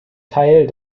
teil